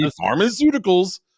pharmaceuticals